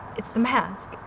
it's the mask,